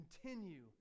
Continue